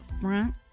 front